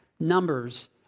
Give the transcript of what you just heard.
Numbers